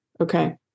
Okay